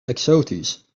exotisch